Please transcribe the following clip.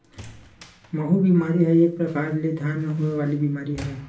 माहूँ बेमारी ह एक परकार ले धान म होय वाले बीमारी हरय